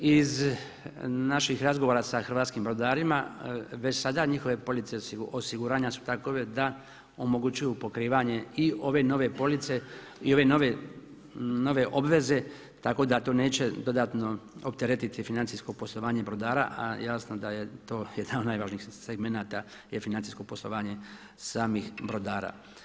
Iz naših razgovora sa hrvatskim brodarima, već sada njihove police osiguranja su takove da omogućuju pokrivanje i ove nove obveze tako da to neće dodatno opteretiti financijsko poslovanje brodara, a jasno da je to jedan od najvažnijih segmenata je financijsko poslovanje samih brodara.